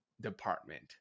department